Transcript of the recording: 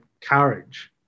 courage